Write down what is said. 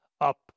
Up